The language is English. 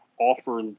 offer